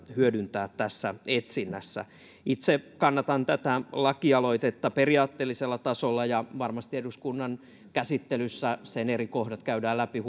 hyödyntää televalvontatietoja etsinnässä itse kannatan tätä lakialoitetta periaatteellisella tasolla varmasti eduskunnan käsittelyssä sen eri kohdat käydään läpi